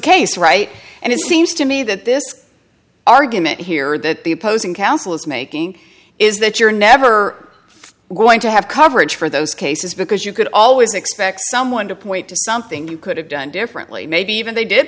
case right and it seems to me that this argument here that the opposing counsel is making is that you're never going to have coverage for those cases because you could always expect someone to point to something you could have done differently maybe even they did